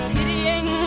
Pitying